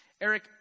Eric